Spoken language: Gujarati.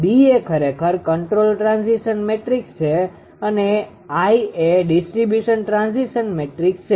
B એ ખરેખર કન્ટ્રોલ ટ્રાન્ઝીશન મેટ્રિક્સ છે અને એ ડિસ્ટર્બન્સ ટ્રાન્ઝીશન મેટ્રિક્સ છે